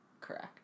correct